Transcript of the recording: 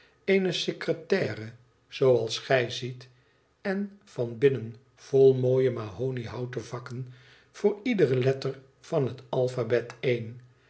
eene secretaire zooals gij ziet en van binnen vol mooie mahoniehouten vakken voor iedere letter van het alphabet